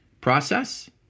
process